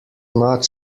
not